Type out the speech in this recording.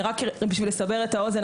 בשביל לסבר את האוזן,